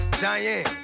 Diane